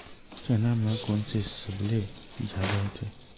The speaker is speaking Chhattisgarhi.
चना म कोन से सबले जादा होथे?